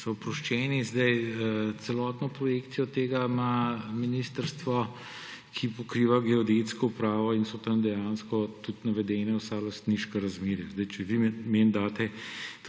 so oproščeni. Celotno projekcijo tega ima ministrstvo, ki pokriva Geodetsko upravo, in so tam dejansko tudi navedena vsa lastniška razmerja. Če vi meni date